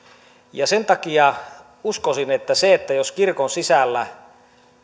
ja sen takia uskon että jos kirkon sisällä